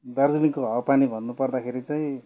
दार्जिलिङको हावा पानी भन्नु पर्दाखेरि चाहिँ